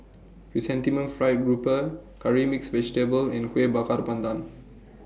Chrysanthemum Fried Grouper Curry Mixed Vegetable and Kuih Bakar Pandan